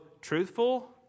truthful